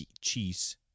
Cheese